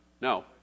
No